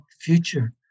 future